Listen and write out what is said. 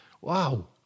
wow